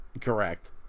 Correct